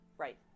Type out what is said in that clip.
Right